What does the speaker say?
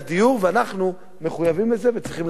ואנחנו מחויבים לזה וצריכים להשיג את זה.